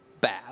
bad